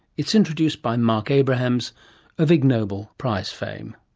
it's introduced by marc abrahams of ig nobel prize fame.